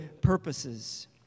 purposes